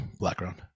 background